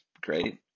great